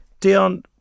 Dion